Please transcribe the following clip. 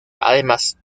además